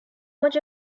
much